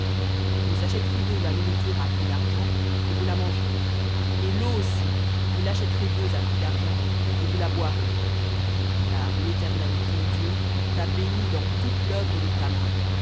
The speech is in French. vous achèterez d'eux la nourriture à prix d'argent et vous la mangerez et l'eau aussi vous l'achèterez d'eux à prix d'argent et vous la boirez car l'éternel ton dieu t'a béni dans toute l'œuvre de ta main